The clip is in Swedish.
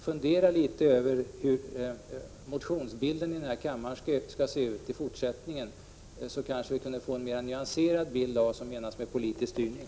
Fundera litet över hur motionsbilden i den här kammaren skall se ut i fortsättningen, så kanske vi kan få en mer nyanserad bild av vad som menas med politisk styrning.